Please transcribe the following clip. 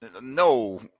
no